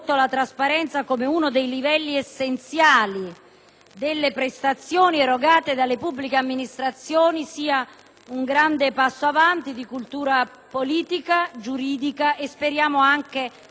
delle prestazioni erogate dalle pubbliche amministrazioni sia un grande passo avanti di cultura politica, giuridica e speriamo anche di concreta vita delle nostre pubbliche amministrazioni.